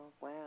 wow